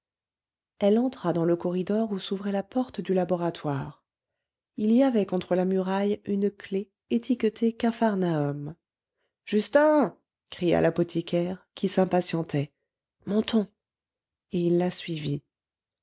elle entra dans le corridor où s'ouvrait la porte du laboratoire il y avait contre la muraille une clef étiquetée capharnaüm justin cria l'apothicaire qui s'impatientait montons et il la suivit